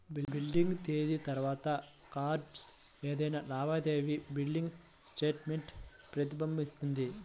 billing తేదీ తర్వాత కార్డ్పై ఏదైనా లావాదేవీ బిల్లింగ్ స్టేట్మెంట్ ప్రతిబింబిస్తుంది